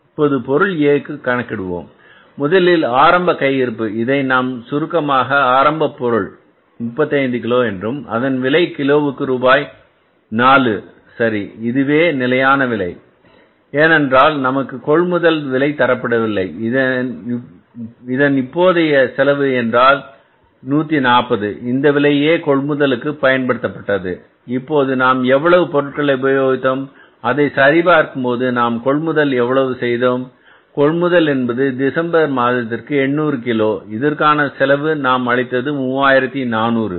இப்போது பொருள A வுக்கு கணக்கிடுவோம் முதலில் ஆரம்ப கையிருப்பு இதை நான் சுருக்கமாக ஆரம்ப பொருள் 35 கிலோ என்றும் அதன் விலை கிலோவுக்கு ரூபாய் நாலு சரி இதுவே நிலையான விலை ஏனென்றால் நமக்கு கொள்முதல் விலை தரப்படவில்லை இப்போது இதன் செலவு எவ்வளவு என்றால் 140 இந்த விலையே கொள்முதலுக்கு பயன்படுத்தப்பட்டது இப்போது நாம் எவ்வளவு பொருட்களை உபயோகித்தோம் அதை சரி பார்க்கும் போது நாம் கொள்முதல் எவ்வளவு செய்தோம் கொள்முதல் என்பது டிசம்பர் மாதத்திற்கு 800 கிலோ இதற்கான செலவு நாம் அளித்தது 3400